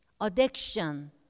addiction